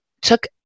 took